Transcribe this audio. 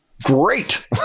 Great